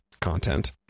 content